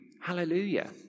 Hallelujah